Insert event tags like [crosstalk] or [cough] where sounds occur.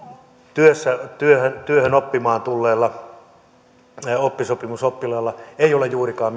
työhön oppimaan tulleella oppisopimusoppilaalla ei ole juurikaan [unintelligible]